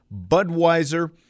Budweiser